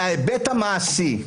מההיבט המעשי,